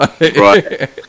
Right